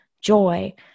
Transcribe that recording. joy